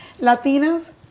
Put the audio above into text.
Latinas